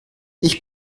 ich